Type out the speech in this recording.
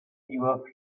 your